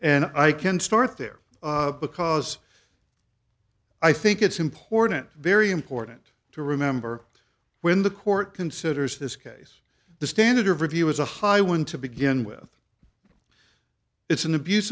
and i can start there because i think it's important very important to remember when the court considers this case the standard of review is a high one to begin with it's an abuse